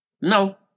No